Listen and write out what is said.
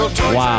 Wow